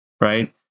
right